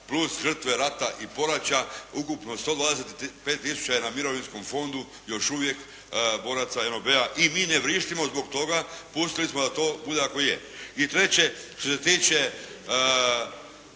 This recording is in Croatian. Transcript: plus žrtve rata i poraća ukupno 125 tisuća je na mirovinskom fondu, još uvijek boraca NOB-a i mi ne vrištimo zbog toga, pustili smo da to bude kako je. I treće, što se tiče